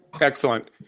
Excellent